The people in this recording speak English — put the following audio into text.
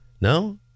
No